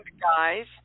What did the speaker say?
guys